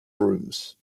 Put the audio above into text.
rooms